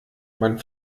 man